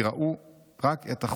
כי ראו רק את החוץ.